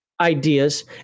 ideas